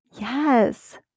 Yes